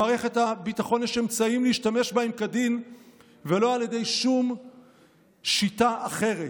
למערכת הביטחון יש אמצעים להשתמש בהם כדין ולא על ידי שום שיטה אחרת.